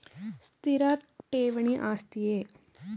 ಸ್ಥಿರ ಠೇವಣಿ ಆಸ್ತಿಯೇ?